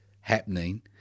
happening